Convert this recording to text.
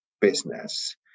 business